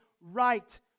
right